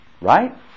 Right